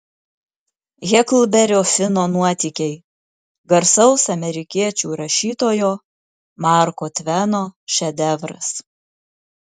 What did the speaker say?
heklberio fino nuotykiai garsaus amerikiečių rašytojo marko tveno šedevras